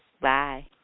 bye